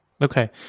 Okay